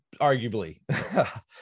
arguably